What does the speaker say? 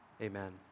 amen